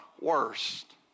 worst